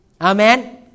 Amen